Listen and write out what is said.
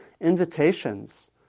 invitations